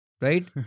Right